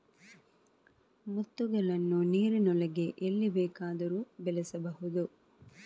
ಮುತ್ತುಗಳನ್ನು ನೀರಿನೊಳಗೆ ಎಲ್ಲಿ ಬೇಕಾದರೂ ಬೆಳೆಸಬಹುದು